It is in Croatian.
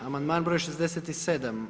Amandman broj 67.